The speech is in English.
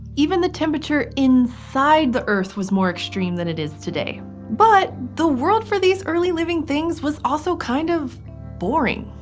even the temperature inside the earth was more extreme than it is today. but the world for these early living things was also kind-of. kind of boring.